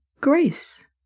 Grace